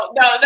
no